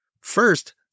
First